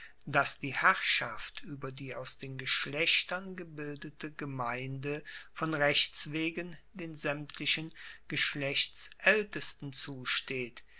dass die herrschaft ueber die aus den geschlechtern gebildete gemeinde von rechts wegen den saemtlichen geschlechtsaeltesten zusteht